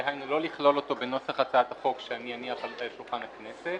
דהיינו לא לכלול אותו בנוסח הצעת החוק שאני אניח על שולחן הכנסת